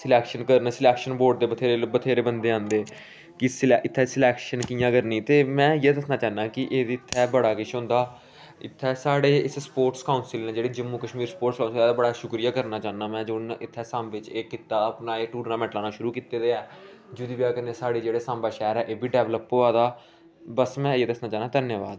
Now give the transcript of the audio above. selection करन selection board दे बत्थेरे बत्थेरे बंदे औंदे कि सिलै इत्थै सिलैक्शन कि'यां करनी ते में इ'यै दस्सना चाह्न्नां कि एह्दे इत्थै बड़ा किश होंदा इत्थै साढ़े इस स्पोर्टस काउंसिल ने जेह्ड़े जम्मू कश्मीर स्पोर्टस काउंसिल आह्लें दा बड़ा शुक्रिया करना चाह्न्नां में जिन्नै इत्थै साम्बे एह् कीता अपना एह् टूर्नामैंट लाना शुरू कीते दे ऐ जेह्दी बजह् कन्नै साढ़े जेह्ड़े साम्बा शैह्र ऐ एह् बी डैबलप होआ दा बस में इ'यै दस्सना चाह्न्नां धन्यबाद